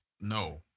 no